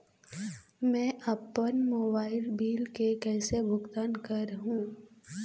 मैं अपन mobile bill के कैसे भुगतान कर हूं?